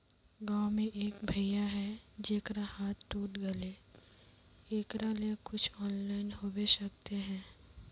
गाँव में एक भैया है जेकरा हाथ टूट गले एकरा ले कुछ ऑनलाइन होबे सकते है?